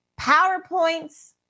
PowerPoints